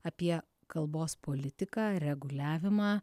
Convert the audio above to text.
apie kalbos politiką reguliavimą